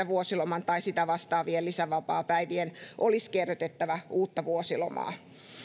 vuosiloman tai sitä vastaavien lisävapaapäivien olisi kerrytettävä uutta vuosilomaa